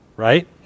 right